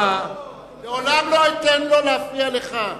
לעולם לא אתן לו להפריע לך.